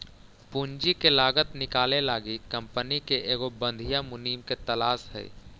पूंजी के लागत निकाले लागी कंपनी के एगो बधियाँ मुनीम के तलास हई